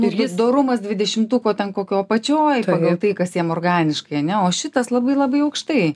ir jis dorumas dvidešimtuko ten kokioj apačioj ir tai kas jam organiškai ne o šitas labai labai aukštai